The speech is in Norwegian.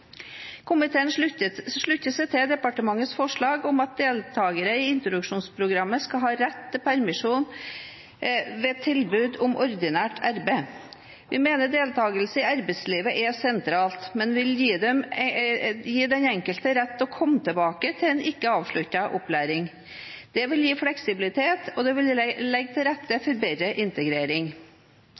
Komiteen slutter seg til departementets forslag om at deltakere i introduksjonsprogrammet skal ha rett til permisjon ved tilbud om ordinært arbeid. Vi mener deltakelse i arbeidslivet er sentralt, men vil gi den enkelte rett til å komme tilbake til en ikke-avsluttet opplæring. Det vil gi fleksibilitet, og det vil legge til rette for bedre integrering.